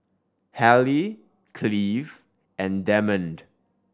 Hallie Cleave and Demond